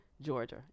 Georgia